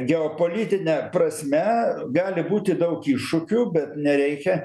geopolitine prasme gali būti daug iššūkių bet nereikia